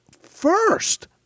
first